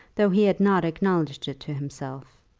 though he had not acknowledged it to himself.